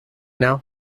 now